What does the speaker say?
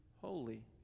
holy